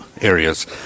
areas